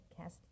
cast